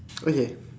okay